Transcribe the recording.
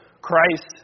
Christ